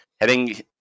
heading